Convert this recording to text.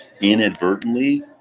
inadvertently